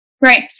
right